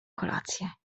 kolację